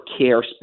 care